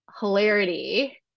hilarity